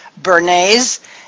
Bernays